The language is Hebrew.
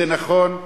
זה נכון,